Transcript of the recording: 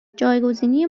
جایگزینی